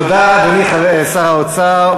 תודה, אדוני שר האוצר.